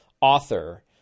author